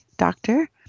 Doctor